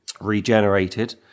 regenerated